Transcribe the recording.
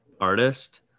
artist